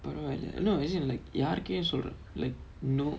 பரவா இல்ல:paravaa illa you know is it like யாருக்கே சொல்ற:yaarukkae solra like no